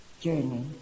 journey